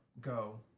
Go